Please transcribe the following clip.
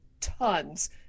tons